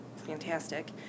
fantastic